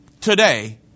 today